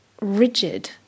rigid